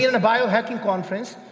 the bio acting conference.